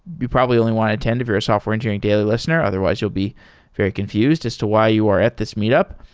you probably only want to attend if you're a software engineering daily listener, otherwise you'll be very confused as to why you are at this meet up.